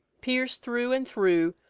pierc'd through and through,